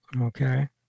Okay